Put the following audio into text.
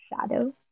Shadow